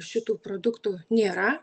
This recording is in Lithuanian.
šitų produktų nėra